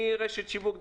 מרשת שיווק גדולה,